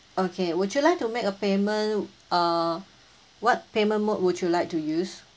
okay would you like to make a payment uh what payment mode would you like to use